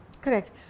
Correct